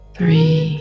Three